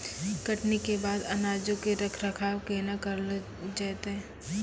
कटनी के बाद अनाजो के रख रखाव केना करलो जैतै?